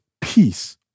peace